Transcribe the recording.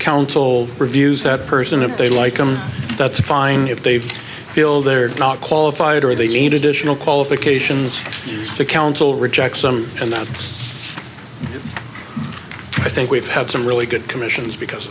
council reviews that person if they like him that's fine if they've feel they're not qualified or they need additional qualifications to counsel rejects them and i think we've had some really good commissions because